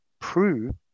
prove